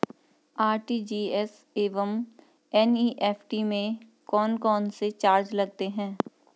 RTGS एवं NEFT में कौन कौनसे चार्ज लगते हैं?